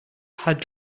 had